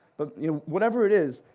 but you know whatever it is,